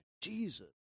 Jesus